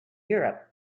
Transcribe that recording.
europe